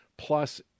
Plus